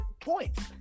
points